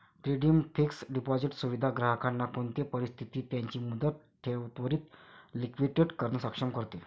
redeemed fixed deposit सुविधा ग्राहकांना कोणते परिस्थितीत त्यांची मुदत ठेव त्वरीत लिक्विडेट करणे सक्षम करते